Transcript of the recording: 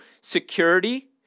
security